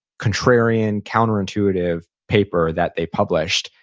contrarian, counter-intuitive paper that they published,